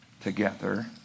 together